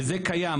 וזה קיים.